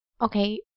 okay